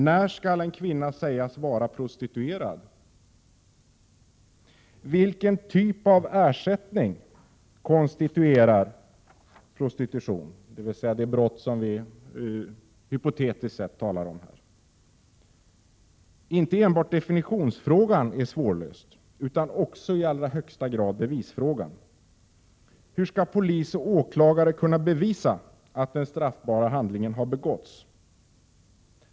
När skall en kvinna sägas vara prostituerad? Vilken typ av ersättning konstituerar prostitution, dvs. det brott som vi hypotetiskt sett talar om? Inte enbart definitionsfrågan är svårlöst utan också i allra högsta grad bevisfrågan. Hur skall polis och åklagare kunna bevisa att den straffbara handlingen har begåtts?